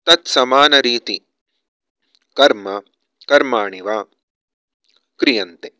तत्समानरीति कर्म कर्माणि वा क्रियन्ते